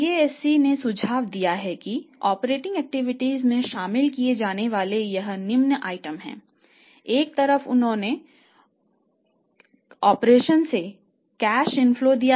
IASC ने सुझाव दिया है कि ऑपरेटिंग एक्टिविटीज दिया है